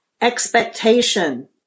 expectation